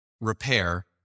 repair